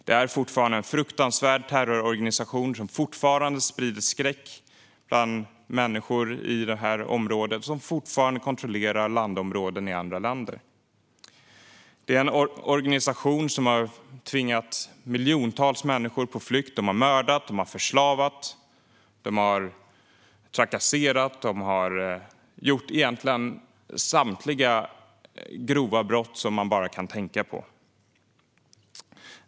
Det är fortfarande en fruktansvärd terrororganisation som sprider skräck bland människor i det här området och som fortfarande kontrollerar landområden i andra länder. Det är en organisation som har tvingat miljontals människor på flykt. De har mördat, förslavat, trakasserat och begått samtliga grova brott som går att komma på.